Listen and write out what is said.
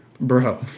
Bro